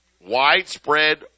Widespread